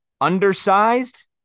undersized